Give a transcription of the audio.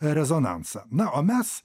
rezonansą na o mes